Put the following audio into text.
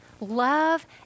love